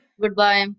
Goodbye